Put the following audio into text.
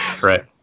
Right